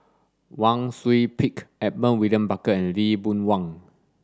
Wang Sui Pick Edmund William Barker and Lee Boon Wang